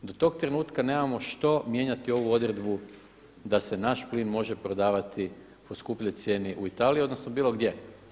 Do tog trenutka nemamo što mijenjati ovu odredbu da se naš plin može prodavati po skupljoj cijeni u Italiji odnosno bilo gdje.